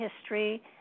history